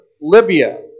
Libya